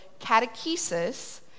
catechesis